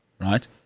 right